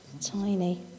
tiny